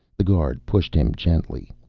the guard pushed him gently.